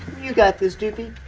you got this doopey,